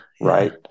Right